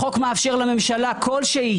החוק מאפשר לממשלה כל שהיא,